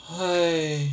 !hais!